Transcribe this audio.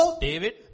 David